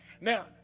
Now